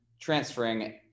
transferring